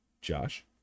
Josh